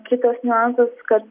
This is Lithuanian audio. kitas niuansas kad